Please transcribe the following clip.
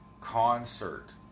concert